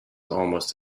almost